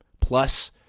Plus